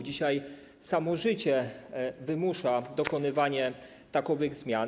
Dzisiaj samo życie wymusza dokonywanie takowych zmian.